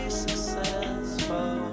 successful